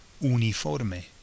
Uniforme